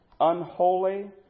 Unholy